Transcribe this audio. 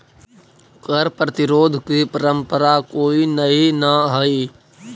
कर प्रतिरोध की परंपरा कोई नई न हई